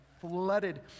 flooded